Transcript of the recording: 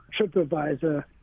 TripAdvisor